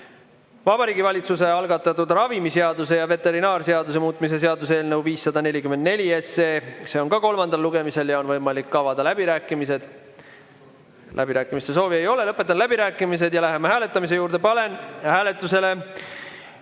Vabariigi Valitsuse algatatud ravimiseaduse ja veterinaarseaduse muutmise seaduse eelnõu 544 kolmas lugemine. On võimalik avada läbirääkimised. Läbirääkimiste soovi ei ole. Lõpetan läbirääkimised ja läheme hääletamise juurde. Panen hääletusele